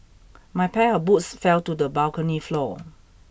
my pair of boots fell to the balcony floor